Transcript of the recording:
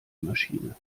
maschine